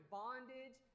bondage